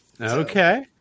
Okay